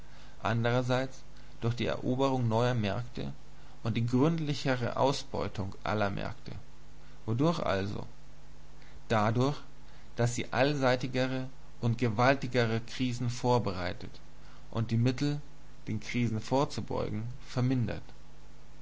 anderseits durch die eroberung neuer märkte und die gründlichere ausbeutung alter märkte wodurch also dadurch daß sie allseitigere und gewaltigere krisen vorbereitet und die mittel den krisen vorzubeugen vermindert